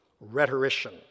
rhetorician